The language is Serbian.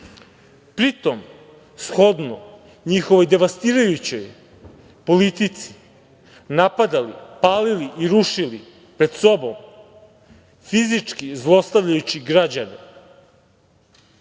pri tom, shodno njihovoj devastirajućoj politici napadali, palili i rušili pre sobom, fizički zlostavljajući građane,